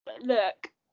Look